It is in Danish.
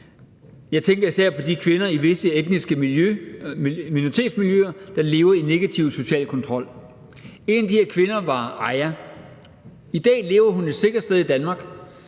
Jeg tænker især på de kvinder i visse etniske minoritetsmiljøer, der lever i negativ social kontrol. En af de her kvinder var Aya. I dag lever hun et sikkert sted i Danmark,